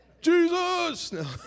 Jesus